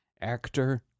Actor